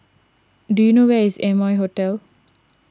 do you know where is Amoy Hotel